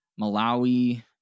Malawi